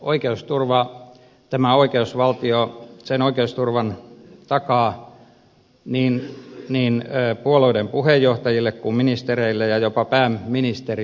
sen oikeusturvan tämä oikeusvaltio takaa niin puolueiden puheenjohtajille kuin ministereille ja jopa pääministerillekin